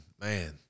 man